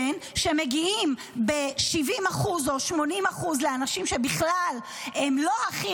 שמגיעים ב-70% או 80% לאנשים שהם לא הכי